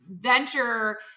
venture